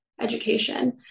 education